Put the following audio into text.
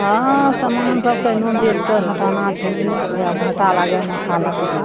हँ समान सब कहिनो बेचिके हटाना छै कि करबै आब घटा लागै आओर नफा लागै